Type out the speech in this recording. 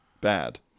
bad